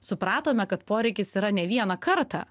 supratome kad poreikis yra ne vieną kartą